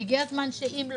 והגיע הזמן שאם לא,